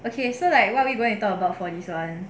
okay so like what are we going to talk about for this [one]